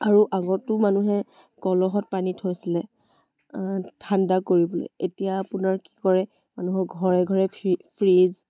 আৰু আগতো মানুহে কলহত পানী থৈছিলে ঠাণ্ডা কৰিবলৈ এতিয়া আপোনাৰ কি কৰে মানুহৰ ঘৰে ঘৰে ফ্ৰিজ